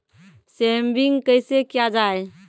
Saving कैसै किया जाय?